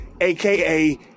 aka